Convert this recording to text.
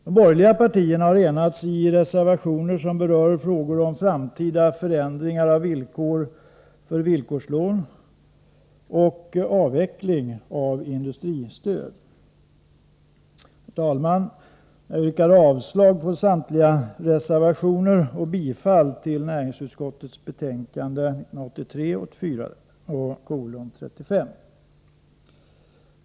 De borgerliga partierna har enats i reservationer som berör frågor om ”framtida ändringar av villkor för villkorslån” och ”avveckling av industristödspolitiken”. Herr talman! Jag yrkar avslag på samtliga reservationer och bifall till utskottets hemställan i näringsutskottets betänkande 1983/84:35.